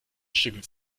stück